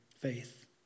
faith